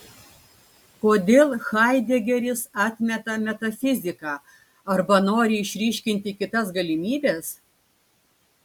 kodėl haidegeris atmeta metafiziką arba nori išryškinti kitas galimybes